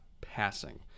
passing